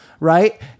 Right